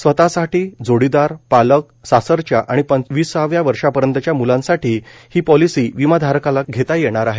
स्वतसाठी जोडीदार पालक सासरच्या आणि पंचविसाव्या वर्षांपर्यंतच्या म्लांसाठी ही पॉलिसी विमाधारकाला घेता येणार आहे